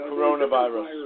Coronavirus